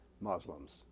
Muslims